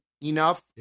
enough